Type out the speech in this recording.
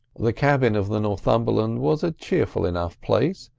the cabin of the northumberland was a cheerful enough place,